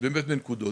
באמת בנקודות,